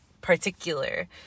particular